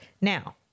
Now